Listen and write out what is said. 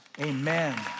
Amen